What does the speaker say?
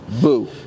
Boo